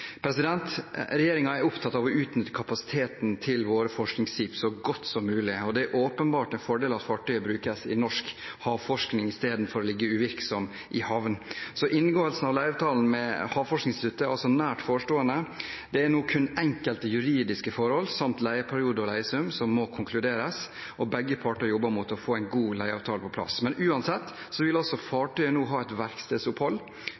er opptatt av å utnytte kapasiteten til våre forskningsskip så godt som mulig. Det er en åpenbar fordel at fartøyet brukes i norsk havforskning i stedet for å ligge uvirksomt i havn. Inngåelsen av leieavtalen med Havforskningsinstituttet er altså nær forestående. Det er nå kun enkelte juridiske forhold, samt leieperiode og leiesum, som må konkluderes, og begge parter jobber med å få en god leieavtale på plass. Uansett vil fartøyet nå ha et verkstedopphold fram til l5. januar, så